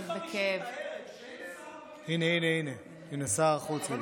הינה שר החוץ.